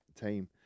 team